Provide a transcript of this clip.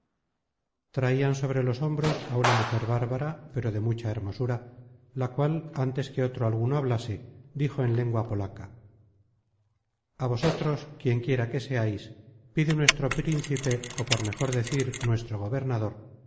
traian sobre los hombros á una mujer bárbara pero de mucha hermosura la cual ántes que otro alguno hablase dijo en lengua polaca a vosotros quien quiera que seais pide nuestro príncipe ó por mejor decir nuestro gobernador